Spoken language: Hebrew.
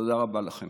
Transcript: תודה רבה לכם.